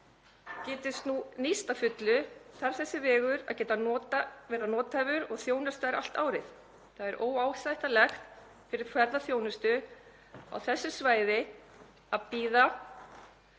geti nýst að fullu þarf þessi vegur að vera nothæfur og þjónustaður allt árið. Það er óásættanlegt fyrir ferðaþjónustu á þessu svæði að bíða